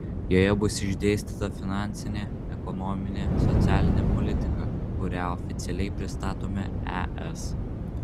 joje bus išdėstyta finansinė ekonominė socialinė politika kurią oficialiai pristatome es